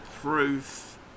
proof